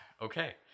okay